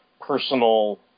personal